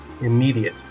immediate